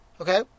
Okay